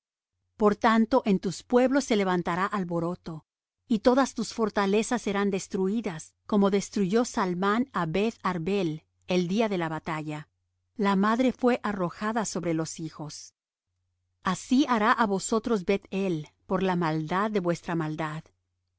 por tanto en tus pueblos se levantará alboroto y todas tus fortalezas serán destruídas como destruyó salmán á beth arbel el día de la batalla la madre fué arrojada sobre los hijos así hará á vosotros beth-el por la maldad de vuestra maldad